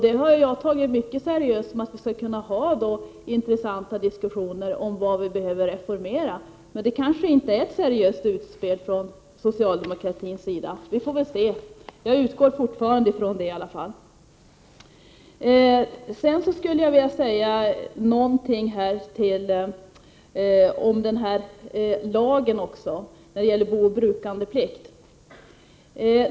Det har jag tagit mycket seriöst; jag har trott att vi då skall kunna föra intressanta diskussioner om vad vi behöver reformera. Men det kanske inte är ett seriöst utspel från socialdemokratins sida — vi får väl se. Jag utgår i alla fall fortfarande ifrån det. Jag skulle också vilja säga några ord om lagen om booch brukandeplikten.